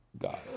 God